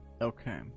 okay